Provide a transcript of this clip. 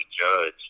judge